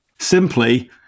simply